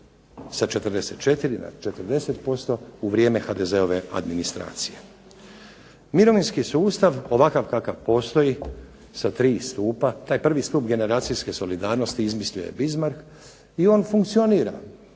sa 44 na 40% u vrijeme HDZ-ove administracije. Mirovinski sustav ovakav kakav postoji sa tri stupa, taj prvi stup generacijske solidarnosti izmislio je Bizmark i on funkcionira